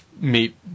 meet